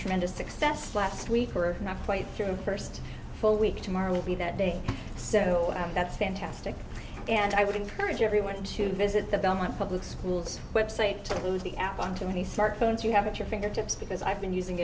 tremendous success last week or not quite through first full week tomorrow will be that day so that's fantastic and i would encourage everyone to visit the belmont public school's website to lose the app on too many smartphones you haven't your fingertips because i've been using